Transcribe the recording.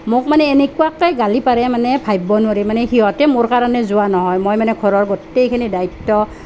মোক মানে এনেকুৱাকৈ গালি পাৰে মানে ভাবিবই নোৱাৰি মানে সিহঁতে মোৰ কাৰণে যোৱা নহয় মই মানে ঘৰৰ গোটেইখিনি দ্বায়িত্ব